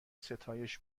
ستایش